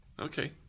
Okay